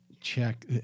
check